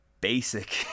basic